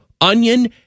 onion